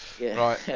Right